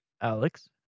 alex